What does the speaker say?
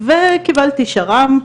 וקיבלתי שר"מ.